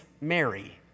Mary